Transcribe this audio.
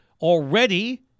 already